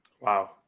Wow